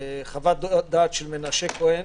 חוות הדעת של מנשה כהן